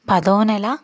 పదో నెల